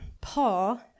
Paul